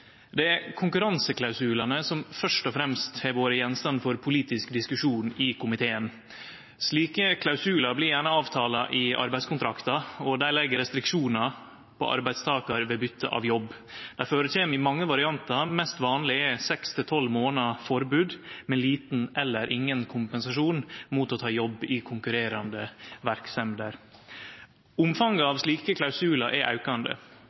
Det er konkurranseklausulane som først og fremst har vore gjenstand for politisk diskusjon i komiteen. Slike klausular blir gjerne avtala i arbeidskontraktar, og dei legg restriksjonar på arbeidstakar ved byte av jobb. Dei førekjem i mange variantar, men mest vanleg er seks til tolv månader forbod med liten eller ingen kompensasjon mot å ta jobb i konkurrerande verksemder. Omfanget av slike klausular er aukande.